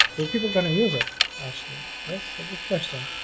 four people gonna use it actually that's a good question